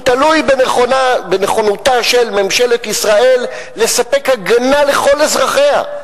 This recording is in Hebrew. הוא תלוי בנכונותה של ממשלת ישראל לספק הגנה לכל אזרחיה.